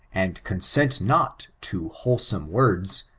and consent not to wholesome words,